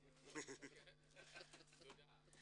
תודה.